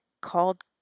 called